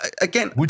again